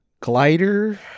glider